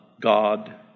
God